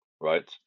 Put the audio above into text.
right